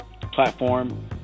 platform